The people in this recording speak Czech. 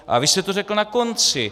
A vy jste to řekl na konci.